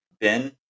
Ben